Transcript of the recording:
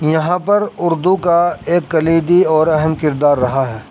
یہاں پر اردو کا ایک کلیدی اور اہم کردار رہا ہے